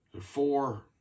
four